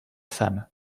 femme